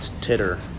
Titter